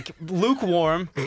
lukewarm